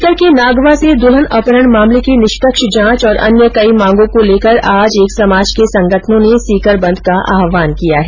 सीकर के नागवा से दुल्हन अपहरण मामले की निष्पक्ष जांच और अन्य कई मांगो को लेकर आज एक समाज के संगठनों ने सीकर बंद का आहवान किया है